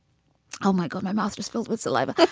oh, my god, my mouth was filled with saliva.